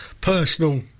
personal